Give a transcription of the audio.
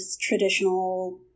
traditional